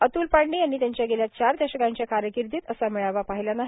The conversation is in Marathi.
अत्ल पांडे यांनी त्यांच्या गेल्या चार दशकांच्या कारकीर्दीत असा मेळावा पाहिला नाही